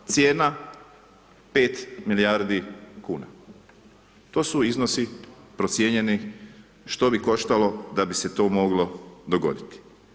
Cijena 5 milijardi kuna, to su iznosi procijenjeni, što bi koštalo da bi se to moglo dogoditi.